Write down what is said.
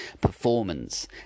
performance